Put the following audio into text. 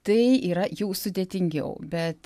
tai yra jau sudėtingiau bet